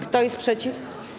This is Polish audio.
Kto jest przeciw?